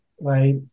Right